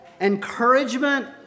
Encouragement